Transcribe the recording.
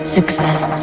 Success